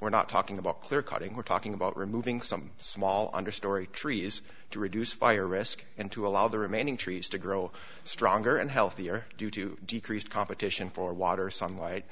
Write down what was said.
we're not talking about clear cutting we're talking about removing some small understory trees to reduce fire risk and to allow the remaining trees to grow stronger and healthier due to decreased competition for water sunlight and